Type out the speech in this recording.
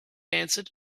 answered